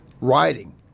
riding